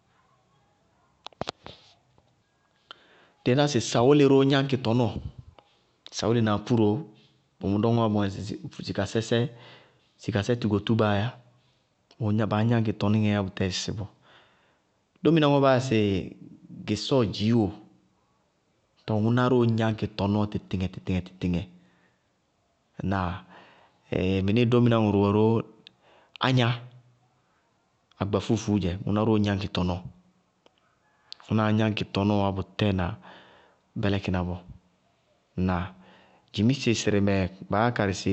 Dɩí ná sɩ sawole róo gnáñkɩ tɔnɔɔ, sawole na apúroó, bʋ mʋ dɔŋɔɔ wá bʋ wɛ ŋsɩ sɩ sikasɛ sɛ sikasɛ tugotúbaá yá, bʋʋ gná baá gnáñkɩ tɔníŋɛɛ yá bʋtɛɛ sɩsɩ bɔɔ. Dóminá ŋɔɔ baa yáa sɩ gɩsɔɔ dziiwo, tɔɔ ŋʋná róó gnáñkɩ tɔnɔɔ tɩtɩŋɛ- tɩtɩŋɛ. Ŋnáa? mɩníɩ dóminá ŋʋrʋ wɛ ró, ágna, agbafúufúu dzɛ, ŋʋná róó gnáñkɩ tɔnɔɔ. ŋʋnáá gnáŋkɩ tɔnɔɔ wá bʋtɛɛ na bɛlɛkɩna bɔɔ. Ŋnáa? Dzimise sɩrɩ mɛ, baá yá karɩ sɩ